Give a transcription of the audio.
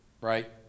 right